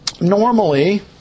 normally